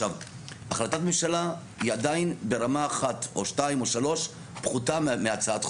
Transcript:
החלטת ממשלה היא עדיין ברמה אחת או שתיים או שלוש פחותה מהצעת חוק.